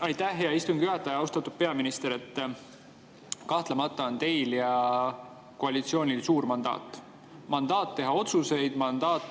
Aitäh, hea istungi juhataja! Austatud peaminister! Kahtlemata on teil ja koalitsioonil suur mandaat. Mandaat võtta vastu otsuseid, mandaat